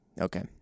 Okay